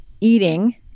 eating